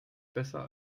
besser